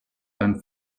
and